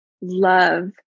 love